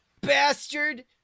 Bastard